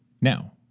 Now